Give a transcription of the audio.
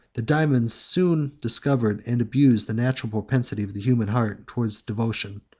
the daemons soon discovered and abused the natural propensity of the human heart towards devotion,